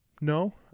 No